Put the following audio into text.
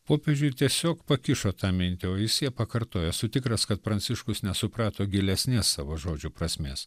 popiežiui tiesiog pakišo tą mintį o jis ją pakartojo esu tikras kad pranciškus nesuprato gilesnės savo žodžių prasmės